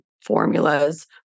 formulas